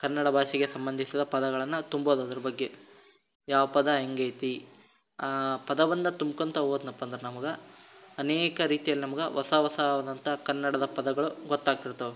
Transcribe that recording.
ಕನ್ನಡ ಭಾಷೆಗೆ ಸಂಬಂಧಿಸಿದ ಪದಗಳನ್ನು ತುಂಬೋದು ಅದ್ರ ಬಗ್ಗೆ ಯಾವ ಪದ ಹೇಗಿದೆ ಪದಬಂಧ ತುಂಬ್ಕೋತ ಹೋದ್ನಪ್ಪ ಅಂದ್ರೆ ನಮ್ಗೆ ಅನೇಕ ರೀತಿಯಲ್ಲಿ ನಮ್ಗೆ ಹೊಸ ಹೊಸದಾದಂಥ ಕನ್ನಡದ ಪದಗಳು ಗೊತ್ತಾಗ್ತಿರ್ತದೆ